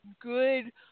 good